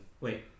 Wait